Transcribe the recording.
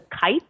Kite